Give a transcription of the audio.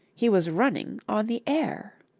he was running on the air.